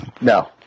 no